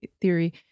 theory